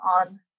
on